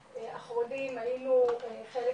האחרונים, היינו חלק